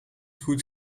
goed